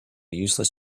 useless